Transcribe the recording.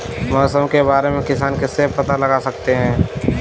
मौसम के बारे में किसान किससे पता लगा सकते हैं?